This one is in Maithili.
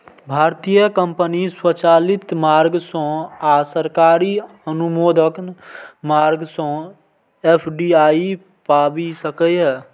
भारतीय कंपनी स्वचालित मार्ग सं आ सरकारी अनुमोदन मार्ग सं एफ.डी.आई पाबि सकैए